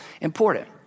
important